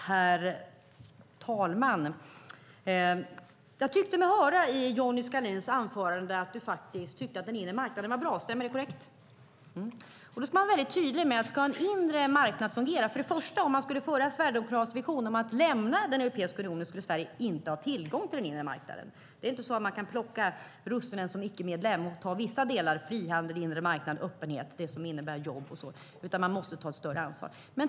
Herr talman! Jag tyckte mig höra i Johnny Skalins anförande att han faktiskt tycker att den inre marknaden är bra. Är det korrekt? : Ja.) Då ska man vara tydlig med att om vi skulle följa en sverigedemokratisk vision om att lämna den europeiska unionen skulle Sverige inte ha tillgång till den inre marknaden. Man kan inte som icke-medlem plocka russinen ur kakan och ta vissa delar - frihandel, inre marknad och öppenhet, alltså det som innebär jobb - utan man måste ta ett större ansvar.